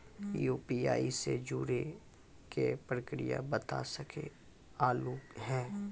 UPI से जुड़े के प्रक्रिया बता सके आलू है?